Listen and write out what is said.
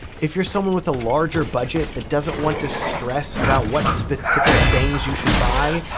if you're someone with a larger budget that doesn't want to stress about what specific things you should buy,